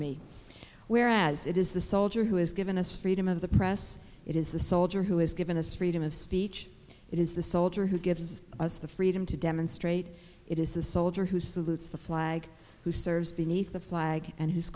me whereas it is the soldier who has given us freedom of the press it is the soldier who has given us freedom of speech it is the soldier who gives us the freedom to demonstrate it is the soldier who salutes the flag who serves beneath the flag and his